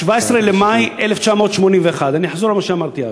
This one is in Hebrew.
ב-17 במאי 1981. אני אחזור על מה שאמרתי אז.